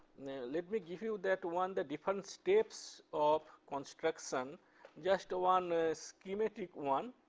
let me give you that one the different steps of construction just one schematic one.